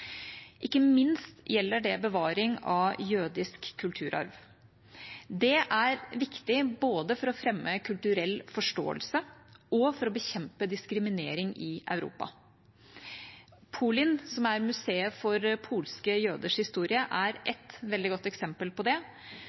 Ikke minst gjelder det bevaring av jødisk kulturarv. Det er viktig både for å fremme kulturell forståelse og for å bekjempe diskriminering i Europa. POLIN, som er museet for polske jøders historie, er ett veldig godt eksempel på det.